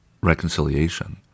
reconciliation